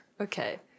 Okay